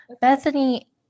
Bethany